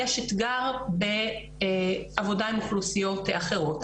יש אתגר בעבודה עם אוכלוסיות אחרות,